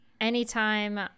anytime